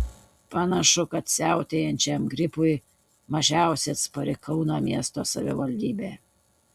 panašu kad siautėjančiam gripui mažiausiai atspari kauno miesto savivaldybė